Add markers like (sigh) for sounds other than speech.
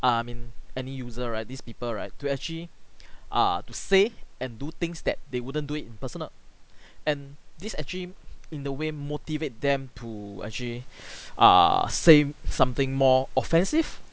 err I mean any user right these people right to actually (breath) err to say and do things that they wouldn't do it in personal (breath) and this actually in the way motivate them to actually (breath) err say something more offensive